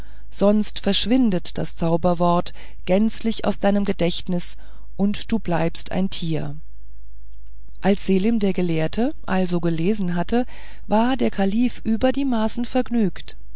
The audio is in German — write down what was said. sonst verschwindet das zauberwort gänzlich aus deinem gedächtnis und du bleibst ein tier als selim der gelehrte also gelesen hatte war der kalif über die maßen vergnügt